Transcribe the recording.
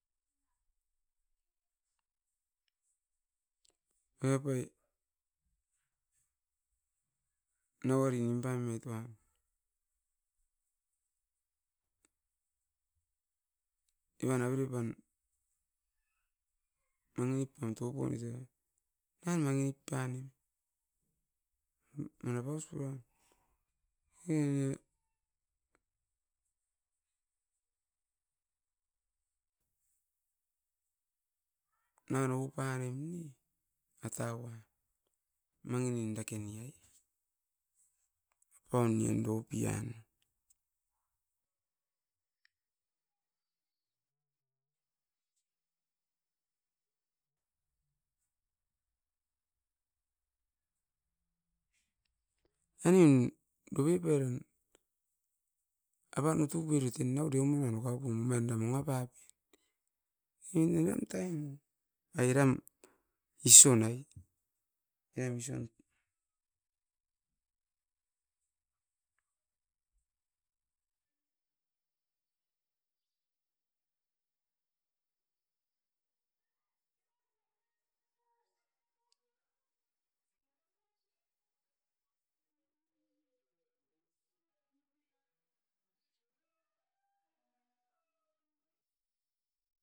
Oi apai, nauari nim paimeit uan. Evan avere pan mangi nip pam toupomit era, nan mangi nip panuim, manap aus puran, era nio nano paraim ne? Matau'a mangi nin dake niai apaun nion dopian. Ainin doupi pairan apan utu poirutin nau deuman nano kaupun omain da manga pap, inin e ngan tain. Airam isionai, eram ision.